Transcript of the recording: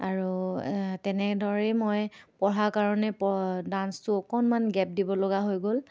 আৰু তেনেদৰেই মই পঢ়া কাৰণেই প ডাঞ্চটো অকণমান গেপ দিব লগা হৈ গ'ল